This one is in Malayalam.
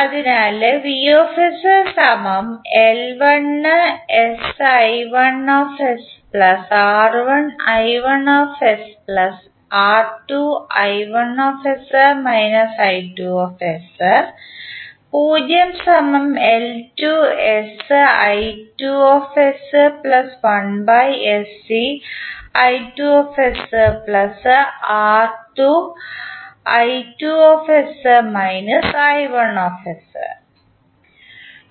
അതിനാൽ